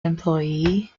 employee